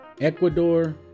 Ecuador